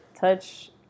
touch